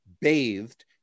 bathed